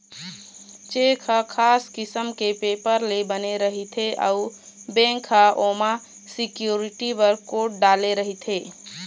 cheque ह खास किसम के पेपर ले बने रहिथे अउ बेंक ह ओमा सिक्यूरिटी बर कोड डाले रहिथे